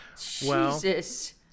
Jesus